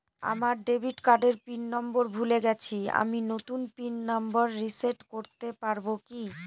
আমার ডেবিট কার্ডের pin number ভুলে গেছি আমি নূতন পিন নম্বর রিসেট করতে পারবো কি?